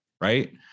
right